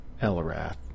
Elrath